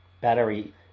Battery